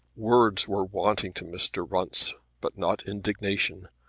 words were wanting to mr. runce, but not indignation.